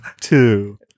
two